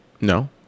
No